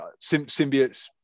Symbiotes